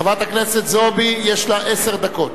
לחברת הכנסת זועבי יש עשר דקות.